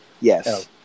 Yes